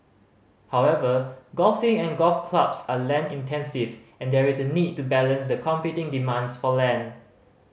however golfing and golf clubs are land intensive and there is a need to balance the competing demands for land